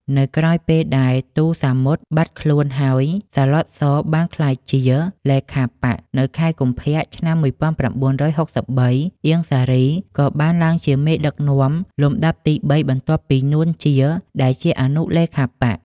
នៅក្រោយពេលដែល ទូ សាមុត បាត់ខ្លួន ហើយ សាឡុត ស បានក្លាយជាលេខាបក្ស នៅខែកុម្ភៈ ឆ្នាំ១៩៦៣ អៀង សារី ក៏បានឡើងជាមេដឹកនាំលំដាប់ទីបី បន្ទាប់ពី នួន ជា ដែលជាអនុលេខាបក្ស។